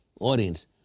Audience